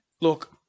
look